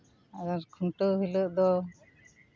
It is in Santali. ᱟᱫᱚ ᱠᱷᱩᱱᱴᱟᱹᱣ ᱦᱤᱞᱳᱜ ᱫᱚ